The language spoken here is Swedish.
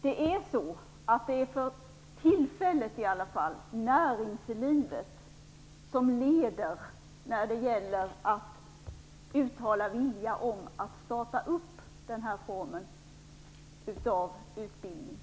Det är i alla fall för tillfället näringslivet som leder när det gäller att uttala vilja om att starta denna form av utbildning.